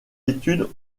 études